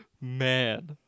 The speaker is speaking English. Man